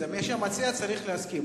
המציע צריך להסכים.